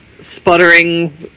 sputtering